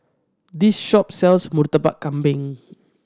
this shop sells Murtabak Kambing